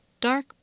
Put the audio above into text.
dark